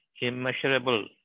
immeasurable